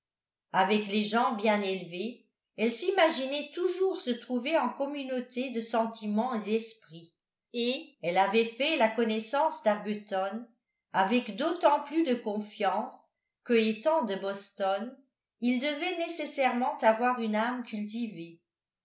avec les gens bien élevés elle s'imaginait toujours se trouver en communauté de sentiments et d'esprit et elle avait fait la connaissance d'arbuton avec d'autant plus de confiance que étant de boston il devait nécessairement avoir une âme